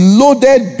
loaded